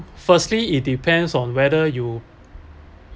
firstly it depends on whether you